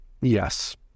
Yes